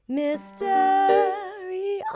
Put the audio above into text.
mystery